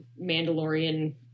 Mandalorian